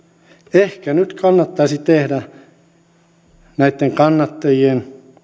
ehkä nyt kannattaisi näitten kannattajien